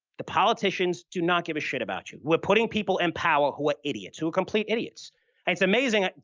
the politicians do not give a shit about you. we're putting people in power who are idiots, who are complete idiots and it's amazing,